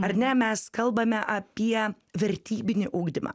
ar ne mes kalbame apie vertybinį ugdymą